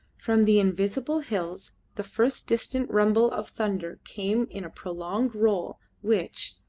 from the invisible hills the first distant rumble of thunder came in a prolonged roll which,